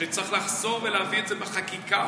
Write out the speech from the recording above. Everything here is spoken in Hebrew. שצריך לחזור ולהביא את זה בחקיקה,